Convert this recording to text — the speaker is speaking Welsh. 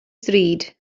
ddrud